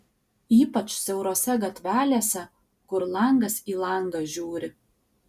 ypač siaurose gatvelėse kur langas į langą žiūri